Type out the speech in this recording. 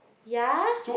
ya